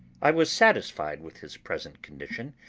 i was satisfied with his present condition,